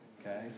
Okay